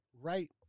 Right